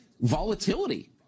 volatility